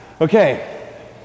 Okay